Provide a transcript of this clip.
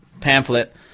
pamphlet